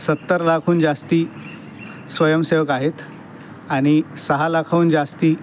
सत्तर लाखहून जास्ती स्वयंसेवक आहेत आनि सहा लाखाहून जास्ती